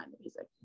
music